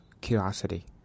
curiosity